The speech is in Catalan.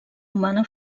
humana